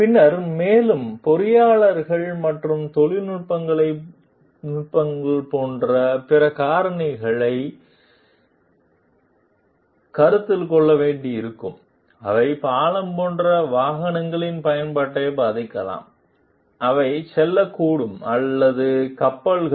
பின்னர் மேலும் பொறியியலாளர் மற்ற தொழில்நுட்பங்களைப் போன்ற பிற காரணிகளைக் கருத்தில் கொள்ள வேண்டியிருக்கும் அவை பாலம் போன்ற வாகனங்களின் பயன்பாட்டை பாதிக்கலாம் அவை செல்லக்கூடும் அல்லது கப்பல்கள்